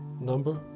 number